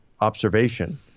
observation